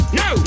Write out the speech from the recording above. no